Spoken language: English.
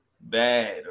bad